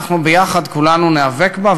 כולנו ביחד ניאבק בה,